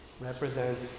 represents